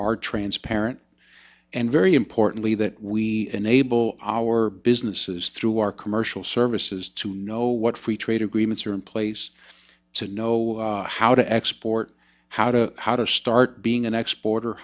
are transparent and very importantly that we enable our businesses through our commercial services to know what free trade agreements are in place to know how to export how to how to start being an export or